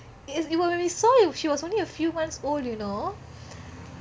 when we saw she was only a few months old you know